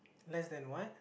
less than what